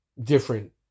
different